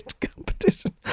competition